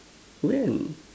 when